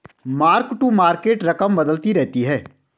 mark to market रकम बदलती रहती है